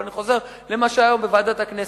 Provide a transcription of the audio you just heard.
ואני חוזר למה שהיה בוועדת הכנסת: